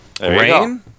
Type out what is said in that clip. Rain